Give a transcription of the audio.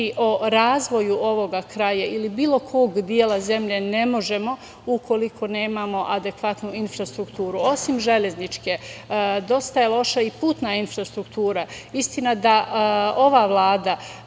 o razvoju ovoga kraja ili bilo kog dela zemlje ne možemo ukoliko nemamo adekvatnu infrastrukturu osim železničke. Dosta je loša i putna infrastruktura. Istina da ova Vlada